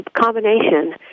combination